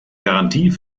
garantie